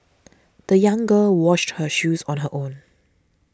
the young girl washed her shoes on her own